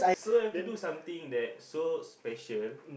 so have to something that so special